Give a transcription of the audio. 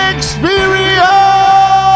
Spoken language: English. Experience